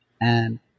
and-